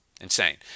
insane